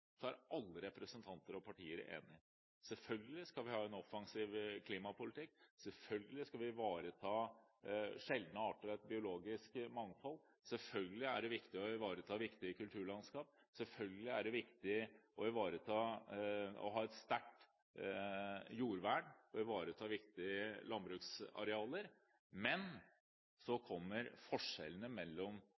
Selvfølgelig skal vi ha en offensiv klimapolitikk. Selvfølgelig skal vi ivareta sjeldne arter og et biologisk mangfold. Selvfølgelig er det viktig å ivareta viktige kulturlandskap. Selvfølgelig er det viktig å ha et sterkt jordvern og ivareta viktige landbruksarealer. Men så kommer forskjellene mellom